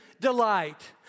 delight